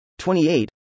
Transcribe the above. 28